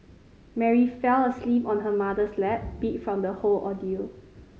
Mary fell asleep on her mother's lap beat from the whole ordeal